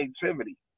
creativity